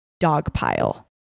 dogpile